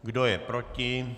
Kdo je proti?